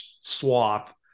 swap